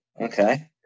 Okay